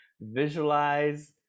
visualize